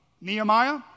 Nehemiah